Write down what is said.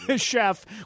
chef